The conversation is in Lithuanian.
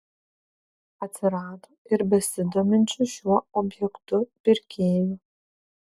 atsirado ir besidominčių šiuo objektu pirkėjų